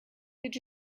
did